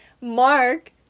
Mark